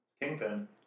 Kingpin